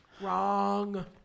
Wrong